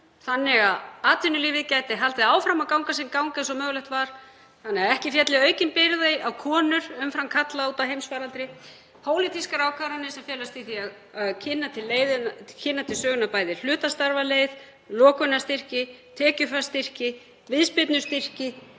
þannig að atvinnulífið gæti haldið áfram að ganga sinn gang eins og mögulegt væri, þannig að ekki félli aukin byrði á konur umfram karla út af heimsfaraldri, pólitískar ákvarðanir sem felast í því að kynna til sögunnar bæði hlutastarfaleið, lokunarstyrki, tekjufallsstyrki, viðspyrnustyrki,